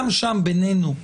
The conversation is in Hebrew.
בינינו,